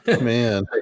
man